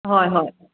ꯍꯣꯏ ꯍꯣꯏ